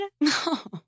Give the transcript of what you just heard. No